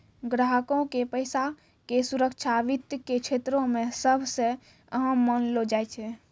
ग्राहको के पैसा के सुरक्षा वित्त के क्षेत्रो मे सभ से अहम मानलो जाय छै